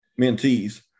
mentees